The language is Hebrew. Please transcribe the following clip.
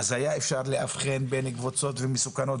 אפשר היה להבחין בין קבוצות ומסוכנות.